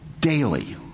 daily